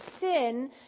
sin